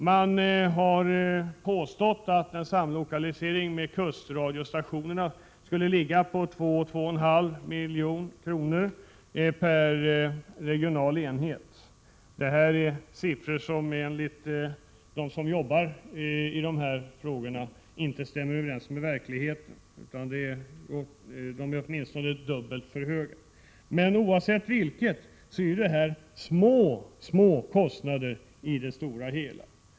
Det har påståtts att kostnadsbesparingarna vid en samlokalisering med kustradiostationerna skulle ligga på 2—2,5 milj.kr. per regional enhet. Detta är siffror som enligt dem som arbetar med dessa frågor inte stämmer överens med verkligheten, utan besparingarna är högst hälften av detta. Men oavsett vad som är sant är detta mycket små kostnader i det stora hela.